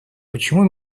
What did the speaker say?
почему